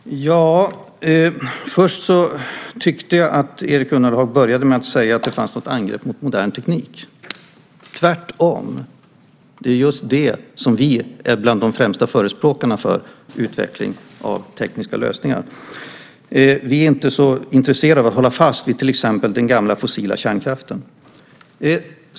Herr talman! Först tyckte jag att Erik Ullenhag började med att säga att det fanns ett angrepp mot modern teknik. Tvärtom! Det är just det som vi är bland de främsta förespråkarna för, utveckling av tekniska lösningar. Vi är inte så intresserade av att hålla fast vid till exempel den gamla fossila kärnkraften.